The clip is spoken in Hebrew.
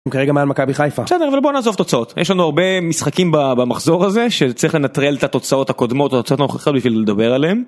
הוא כרגע מעל מכבי חיפה בסדר, אבל בוא נעזוב תוצאות יש לנו הרבה משחקים במחזור הזה שצריך לנטרל את התוצאות הקודמות או התוצאות הנוכחיות בשביל לדבר עליהם